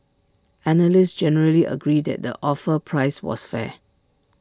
analysts generally agreed that the offer price was fair